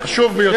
חשוב ביותר.